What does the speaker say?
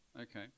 Okay